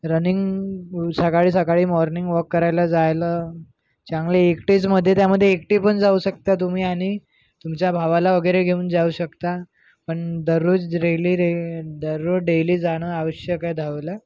running सकाळी सकाळी morning walk करायला जायला चांगले एकटेचमध्ये त्यामध्ये एकटे पण जाऊ शकता तुम्ही आणि तुमच्या भावाला वगैरे घेऊन जाऊ शकता पण दररोज रेली दररोज डेली जाणं आवश्यक आहे धावायला